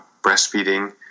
breastfeeding